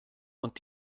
und